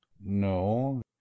No